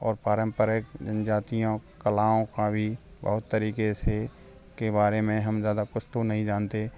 और पारम्परिक जनजातियों कलाओं का भी बहुत तरीके से के बारे में हम ज़्यादा कुछ तो नही जानते